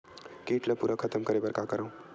कीट ला पूरा खतम करे बर का करवं?